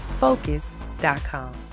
Focus.com